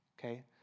okay